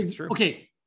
Okay